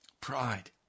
Pride